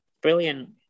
Brilliant